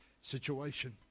situation